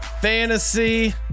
fantasy